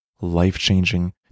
life-changing